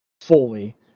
fully